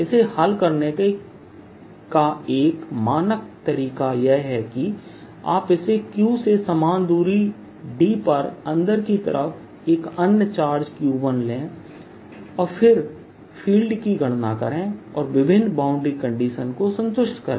इसे हल करने का एक मानक तरीका यह है कि आप इस q से समान दूरी d पर अंदर की तरफ एक अन्य चार्ज q1ले और फिर फील्ड की गणना करें और विभिन्न बाउंड्री कंडीशन को संतुष्ट करें